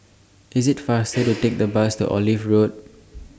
IS IT faster to Take The Bus to Olive Road